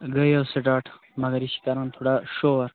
گٔے حظ سِٹاٹ مگر یہِ چھِ کَران تھوڑا شور